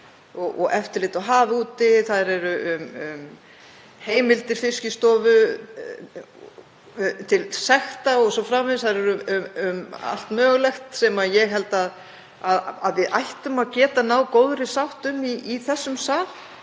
og eftirlit á hafi úti. Þær eru um heimildir Fiskistofu til sekta o.s.frv. Þær eru um allt mögulegt sem ég held að við ættum að geta náð góðri sátt um í þessum sal